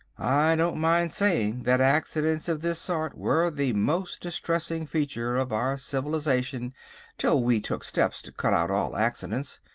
i don't mind saying that accidents of this sort were the most distressing feature of our civilisation till we took steps to cut out all accidents.